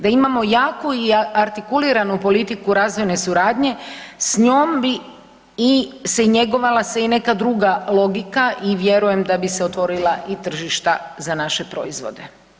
Da imamo jaku i artikuliranu politiku razvojne suradnje s njom bi se njegovala i neka druga logika i vjerujem da bi se otvorila i tržišta za naše proizvode.